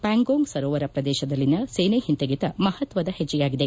ಪ್ಕಾಂಗೋಂಗ್ ಸರೋವರ ಪ್ರದೇಶದಲ್ಲಿನ ಸೇನೆ ಒಂತೆಗೆತ ಮಪತ್ವದ ಪೆಜ್ಜೆಯಾಗಿದೆ